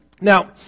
Now